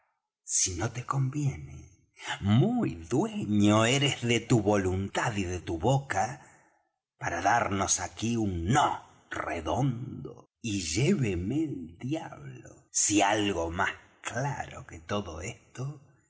si no te conviene muy dueño eres de tu voluntad y de tu boca para darnos aquí un no redondo y lléveme el diablo si algo más claro que todo esto